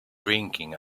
drinking